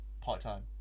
part-time